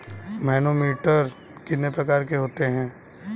Manometer कितने प्रकार के होते हैं?